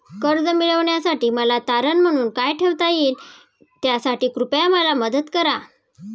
कर्ज मिळविण्यासाठी मला तारण म्हणून काय ठेवता येईल त्यासाठी कृपया मला मदत करा